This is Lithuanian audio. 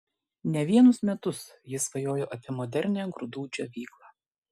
ne vienus metus jis svajojo apie modernią grūdų džiovyklą